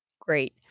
Great